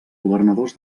governadors